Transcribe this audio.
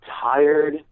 tired